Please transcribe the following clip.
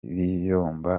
biyombo